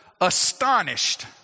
astonished